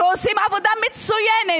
שעושים עבודה מצוינת,